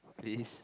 please